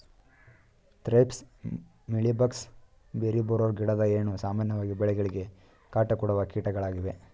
thrips, mealy bugs, berry borer, ಗಿಡದ ಹೇನು, ಸಾಮಾನ್ಯವಾಗಿ ಬೆಳೆಗಳಿಗೆ ಕಾಟ ಕೊಡುವ ಕೀಟಗಳಾಗಿವೆ